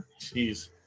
Jeez